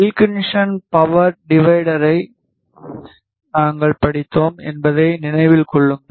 Wilkinson power டிவைடரை நாங்கள் படித்தோம் என்பதை நினைவில் கொள்ளுங்கள்